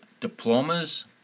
diplomas